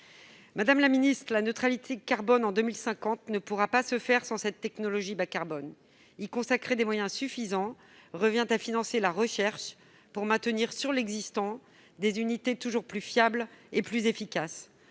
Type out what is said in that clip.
climatique. La neutralité carbone en 2050 ne pourra pas se faire sans cette technologie bas-carbone. Y consacrer des moyens suffisants revient à financer la recherche pour maintenir sur l'existant des unités toujours plus fiables et efficaces.